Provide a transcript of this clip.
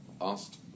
asked